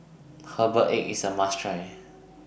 Herbal Egg IS A must Try